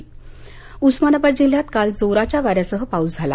होती उस्मानाबाद जिल्ह्यात काल जोराच्या वाऱ्यासह पाऊस झाला